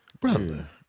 Brother